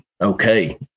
okay